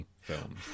film